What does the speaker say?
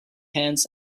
hands